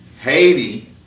Haiti